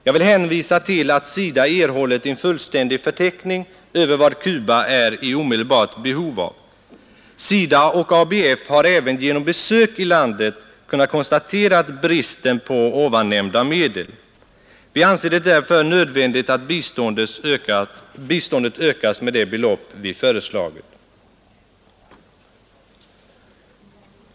Jag vill hänvisa till att SIDA erhållit en fullständig förteckning över vad Cuba är i omedelbart behov av. SIDA och ABF har även genom besök i landet kunnat konstatera bristen på ovannämnda medel. Vi anser det därför nödvändigt att biståndet ökas med det belopp vi föreslagit.